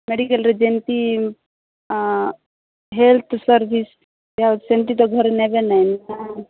ମେଡ଼ିକାଲ୍ରେ ଯେନ୍ତି health service ଦିଆହେଉଛି ସେମିତି ତ ଘରେ ନେବେ ନାଇଁ ନାଁ